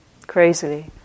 crazily